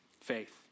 faith